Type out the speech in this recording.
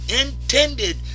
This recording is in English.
intended